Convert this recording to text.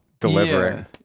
delivering